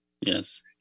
Yes